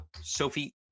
Sophie